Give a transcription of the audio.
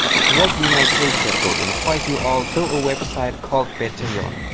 it would be my pleasure to invite you all to a website called patreon.